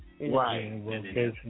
Right